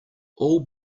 all